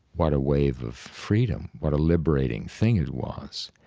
what a wave of freedom, what a liberating thing it was.